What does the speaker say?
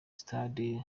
sitade